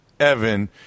Evan